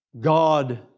God